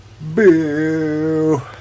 Boo